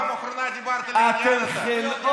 מתי פעם אחרונה דיברת לעניין, אתה?